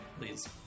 please